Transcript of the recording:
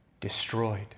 destroyed